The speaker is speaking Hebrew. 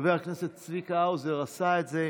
חבר הכנסת צביקה האוזר עשה את זה,